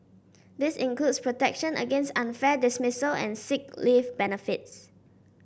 this includes protection against unfair dismissal and sick leave benefits